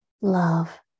love